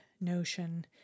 notion